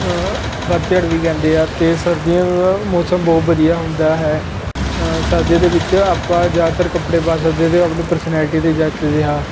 ਪੱਤਝੜ ਵੀ ਕਹਿੰਦੇ ਹਾਂ ਅਤੇ ਸਰਦੀਆਂ ਦਾ ਮੌਸਮ ਬਹੁਤ ਵਧੀਆ ਹੁੰਦਾ ਹੈ ਸਰਦੀਆਂ ਦੇ ਵਿੱਚ ਆਪਾਂ ਜ਼ਿਆਦਾਤਰ ਕੱਪੜੇ ਪਾ ਸਕਦੇ ਹਾਂ ਅਤੇ ਆਪਣੀ ਪਰਸਨੈਲਿਟੀ 'ਤੇ ਜੱਚ ਜਿਹਾ